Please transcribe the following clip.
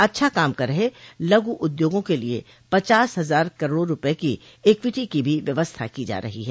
अच्छा काम कर रहे हैं लघु उद्योगों के लिये पचास हजार करोड़ रूपये की इक्विटी की भी व्यवस्था की जा रही है